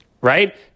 right